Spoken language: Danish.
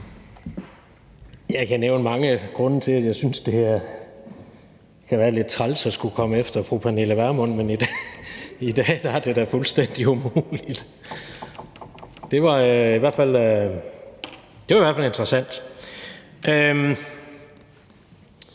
Jeg kan nævne mange grunde til, at jeg synes, at det kan være lidt træls at skulle komme efter fru Pernille Vermund, men i dag er det da fuldstændig umuligt. Det var i hvert fald en interessant